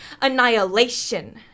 annihilation